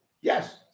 yes